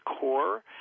core